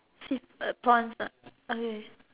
upon lah okay